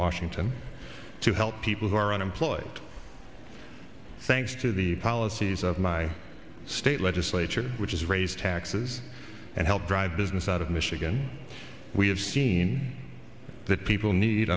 washington to help people who are unemployed thanks to the policies of my state legislature which is raise taxes and help drive business out of michigan we have seen that people need